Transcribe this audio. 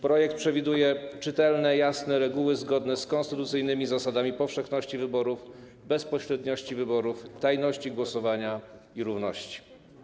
Projekt przewiduje czytelne, jasne reguły, zgodne z konstytucyjnymi zasadami powszechności wyborów, bezpośredniości wyborów, tajności głosowania i równości.